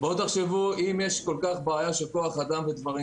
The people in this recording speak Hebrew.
אם יש בעיה של כוח אדם וכד',